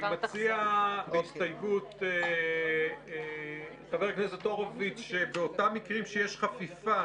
מציע חבר הכנסת הורוביץ שבאותם מקרים שבהם יש חפיפה